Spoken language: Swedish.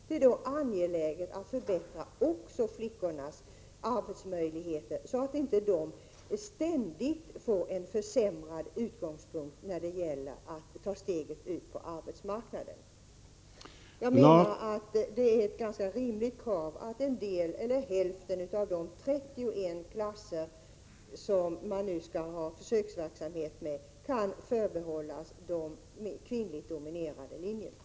Det är angeläget att förbättra också flickornas arbetsmöjligheter, för att de inte skall få ett försämrat utgångsläge när det gäller att ta steget ut på arbetsmarknaden. Det är ett rimligt krav att hälften av de 31 klasser där försöksverksamhet skall bedrivas, kan förbehållas de mer kvinnligt dominerade linjerna.